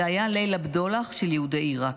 זה היה ליל הבדולח של יהודי עיראק.